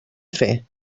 fer